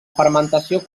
fermentació